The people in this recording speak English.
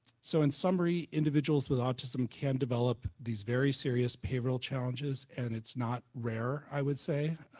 so in summary, individuals with autism can develop these very serious behaviorial challenges and it's not rare, i would say.